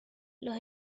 los